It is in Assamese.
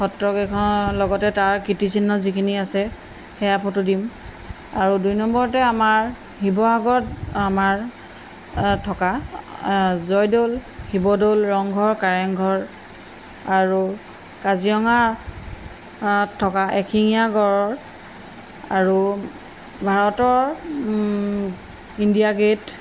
সত্ৰকেইখনৰ লগতে তাৰ কীৰ্তিচিহ্ন যিখিনি আছে সেয়া ফটো দিম আৰু দুই নম্বৰতে আমাৰ শিৱসাগৰত আমাৰ থকা জয়দৌল শিৱদৌল ৰংঘৰ কাৰেংঘৰ আৰু কাজিৰঙা অত থকা এশিঙীয়া গড় আৰু ভাৰতৰ ইণ্ডিয়া গে'ট